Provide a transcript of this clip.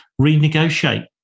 Renegotiate